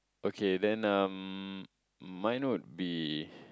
okay then um mine would be